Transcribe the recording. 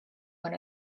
when